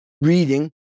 reading